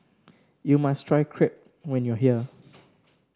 you must try Crepe when you are here